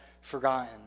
forgotten